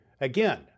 Again